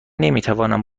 نمیتوانم